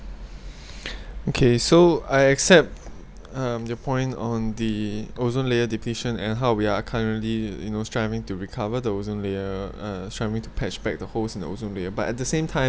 okay so I accept um your point on the ozone layer depletion and how we are currently you know striving to recover the ozone layer uh trying to patch back the holes in the ozone layer but at the same time